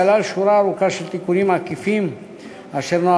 חוק לתיקון פקודת בריאות העם (מס' 27). תודה.